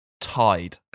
Tide